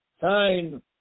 Time